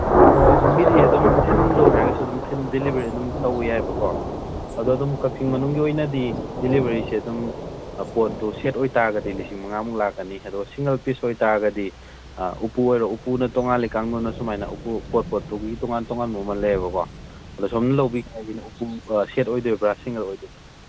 ꯍꯣ ꯑꯗꯨꯒꯤꯗꯤ ꯑꯗꯨꯝ ꯊꯤꯟꯂꯨ ꯍꯥꯏꯔꯒꯁꯨ ꯑꯗꯨꯝ ꯗꯤꯂꯤꯚꯔꯤ ꯑꯗꯨꯝ ꯇꯧꯕ ꯌꯥꯏꯕꯀꯣ ꯑꯗ ꯑꯗꯨꯝ ꯀꯛꯆꯤꯡ ꯃꯅꯨꯡꯒꯤ ꯑꯣꯏꯅꯗꯤ ꯗꯤꯂꯤꯚꯔꯤꯁꯦ ꯑꯗꯨꯝ ꯄꯣꯠꯇꯨ ꯁꯦꯠ ꯑꯣꯏ ꯇꯥꯔꯒꯗꯤ ꯂꯤꯁꯤꯡ ꯃꯉꯥꯃꯨꯛ ꯂꯥꯛꯀꯅꯤ ꯑꯗꯨꯒ ꯁꯤꯡꯒꯜ ꯄꯤꯁ ꯑꯣꯏ ꯇꯥꯔꯒꯗꯤ ꯎꯄꯨ ꯑꯣꯏꯔꯣ ꯎꯄꯨꯅ ꯇꯣꯉꯥꯜꯂꯤ ꯀꯥꯡꯗꯣꯟꯅ ꯁꯨꯃꯥꯏꯅ ꯎꯄꯨ ꯄꯣꯠ ꯄꯣꯠꯇꯨꯒꯤ ꯇꯣꯉꯥꯟ ꯇꯣꯉꯥꯟꯕ ꯃꯃꯟ ꯂꯩꯌꯦꯕꯀꯣ ꯑꯗ ꯁꯣꯝꯅ ꯂꯧꯕꯤꯒꯦ ꯍꯥꯏꯔꯒꯗꯤ ꯎꯄꯨ ꯁꯦꯠ ꯑꯣꯏꯗꯣꯔꯤꯕ꯭ꯔꯥ ꯁꯤꯡꯒꯜ ꯑꯣꯏꯗꯣꯔꯤꯕ꯭ꯔꯥ